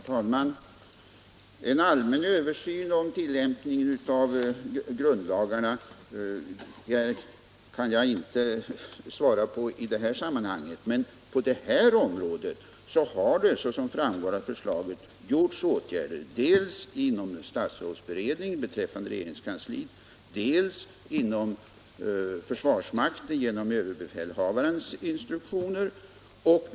Herr talman! En allmän översyn av tillämpningen av grundlagarna kan jag inte utlova i det här sammanhanget. Men på det aktuella området har, såsom framgår av förslaget, vidtagits åtgärder dels inom statsrådsberedningen beträffande regeringskansliet, dels inom försvarsmakten genom överbefälhavarens instruktioner.